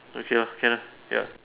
okay lah can lah ya